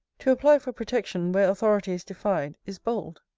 to apply for protection, where authority is defied, is bold.